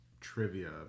trivia